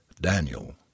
Daniel